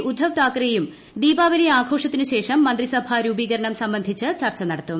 ഉദ്ദവ് താക്കറെയും ദീപാവലി ആഘോഷത്തിനുശേഷം മന്ത്രിസഭാ രൂപീകരണം സംബന്ധിച്ച് ചർച്ച നടത്തും